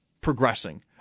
progressing